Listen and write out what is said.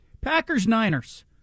Packers-Niners